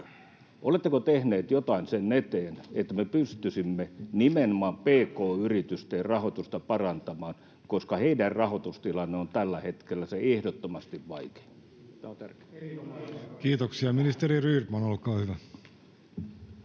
Oletteko tehneet jotain sen eteen, että me pystyisimme nimenomaan pk-yritysten rahoitusta parantamaan, koska heidän rahoitustilanne on tällä hetkellä se ehdottomasti vaikein? Kiitoksia. — Ministeri Rydman, olkaa hyvä.